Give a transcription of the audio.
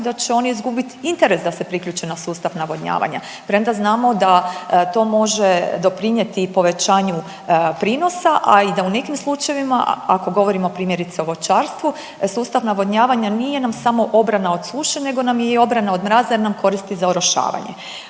da će oni izgubiti interes da se priključe na sustav navodnjavanja, premda znamo da to može doprinijeti i povećanju prinosa, a i da u nekim slučajevima, ako govorimo o primjerice, voćarstvu, sustav navodnjavanja nije nam samo obrana od suše, nego nam je i obrana od mraza jer nam koristi za orošavanje